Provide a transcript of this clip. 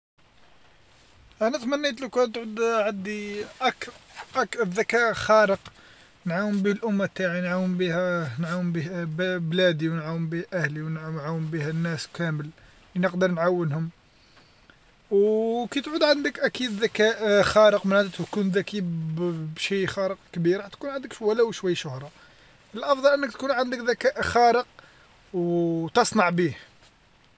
انا تمنيت لو كان تعود عندي الذكاء خارق، نعاون به أمة تاعي نعاون بها نعاون نعاون به بلادي ونعاون به أهلي ونعاون به الناس كامل، نقدر نعاونهم كي تعود عندك اكيد ذكاء خارق مال تكون ذكي ب- بشي أخر كبيرة راح تكون عندك ولو شوي شهرة، الأفضل أنك تكون عندك ذكاء خارق تصنع بيه.